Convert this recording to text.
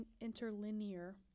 interlinear